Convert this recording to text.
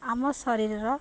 ଆମ ଶରୀର